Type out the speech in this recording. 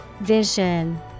Vision